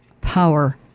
power